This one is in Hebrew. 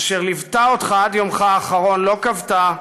אשר ליוותה אותך עד יומך האחרון, לא כבתה,